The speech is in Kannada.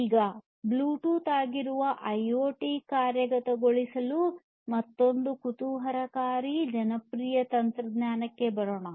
ಈಗ ಬ್ಲೂಟೂತ್ ಆಗಿರುವ ಐಒಟಿ ಕಾರ್ಯಗತಗೊಳಿಸಲು ಮತ್ತೊಂದು ಕುತೂಹಲಕಾರಿ ಜನಪ್ರಿಯ ತಂತ್ರಜ್ಞಾನಕ್ಕೆ ಬರೋಣ